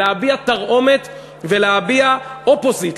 להביע תרעומת ולהביע opposite,